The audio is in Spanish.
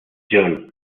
john